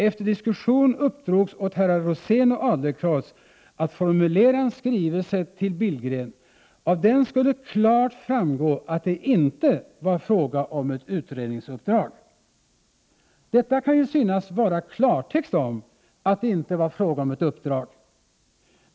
Efter diskussion uppdrogs åt herrar Rosén och Adlercreutz att formulera en skrivelse till Billgren. Av den skulle klart framgå att det inte var fråga om ett utredningsuppdrag. Detta kan ju synas vara klartext om att det inte var fråga om ett uppdrag.